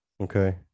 okay